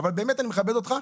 אבל באמת, אני מכבד אותך,